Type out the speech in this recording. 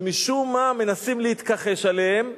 שמשום מה מנסים להתכחש אליהן,